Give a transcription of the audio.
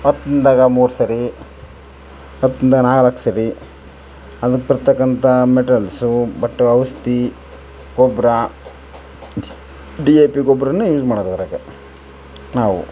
ಹತ್ತು ದಿನದಾಗ ಮೂರು ಸರಿ ಹತ್ತು ದಿನದಾಗ ನಾಲ್ಕು ಸರಿ ಅದಕ್ಕೆ ಬರ್ತಕ್ಕಂಥ ಮೆಟಲ್ಸು ಬಟ್ ಔಷಧಿ ಗೊಬ್ಬರ ಡಿ ಎ ಪಿ ಗೊಬ್ಬರನೇ ಯೂಸ್ ಮಾಡೋದ್ ಅದ್ರಾಗೆ ನಾವು